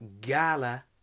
gala